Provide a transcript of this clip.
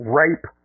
rape